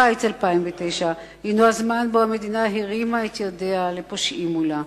קיץ 2009 הינו הזמן בו המדינה הרימה את ידיה לפושעים מולה.